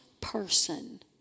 person